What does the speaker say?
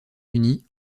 unis